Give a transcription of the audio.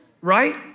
right